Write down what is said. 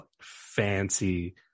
fancy